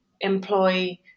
employ